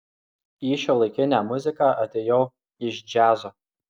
į šiuolaikinę muziką atėjau iš džiazo